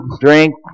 drink